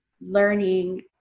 learning